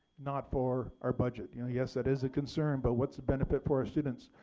not for our budget. you know yes that is a concern but what's the benefit for our students.